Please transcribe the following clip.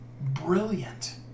brilliant